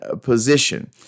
position